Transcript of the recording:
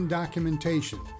documentation